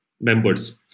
members